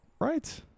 Right